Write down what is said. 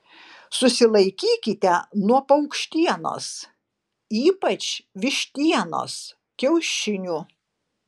susilaikykite nuo paukštienos ypač vištienos kiaušinių